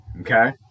Okay